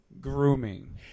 grooming